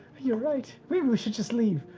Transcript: you're right. maybe we should just leave.